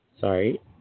Sorry